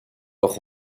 doch